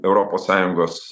europos sąjungos